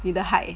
你的 height